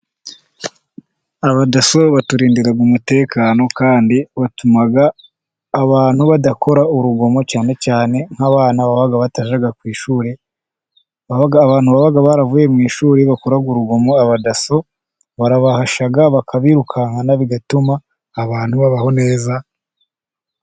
Abadaso baturindira umutekano, kandi batuma abantu badakora urugomo, cyane cyane nk'abana baba batajya ku ishuri, abantu baba baravuye mu ishuri bakurura urugomo, abadaso barabahasha bakabirukankana bigatuma abantu babaho neza.